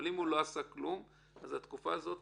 אבל אם הוא לא עשה כלום אז התקופה הזאת